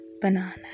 banana